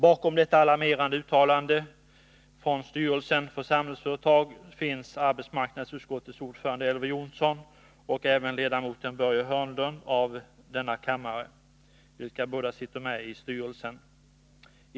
Bakom detta alarmerande uttalande från styrelsen för Samhällsföretag står arbetsmarknadsutskottets ordförande Elver Jonsson och även ledamoten av denna kammare, Börje Hörnlund, vilka båda sitter med i styrelsen.